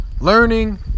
Learning